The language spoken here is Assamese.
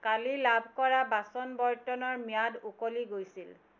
কালি লাভ কৰা বাচন বৰ্তনৰ ম্যাদ উকলি গৈছিল